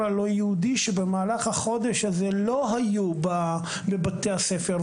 הלא-יהודי שבמהלך החודש הזה לא היו בבתי הספר.